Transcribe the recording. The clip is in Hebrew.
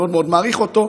מאוד מאוד מעריך אותו,